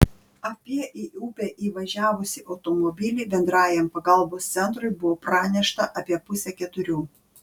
apie į upę įvažiavusį automobilį bendrajam pagalbos centrui buvo pranešta apie pusę keturių